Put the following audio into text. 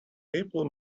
people